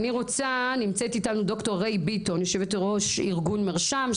נמצאת איתנו ד"ר ריי ביטון, יו"ר ארגון מרשם.